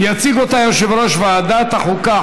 יציג אותה יושב-ראש ועדת החוקה,